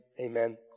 amen